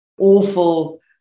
awful